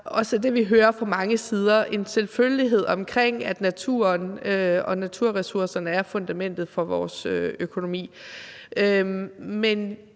og så det, vi hører fra mange sider, nemlig en selvfølgelighed, i forhold til at naturen og naturressourcerne er fundamentet for vores økonomi.